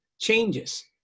changes